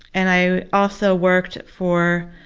and i also worked for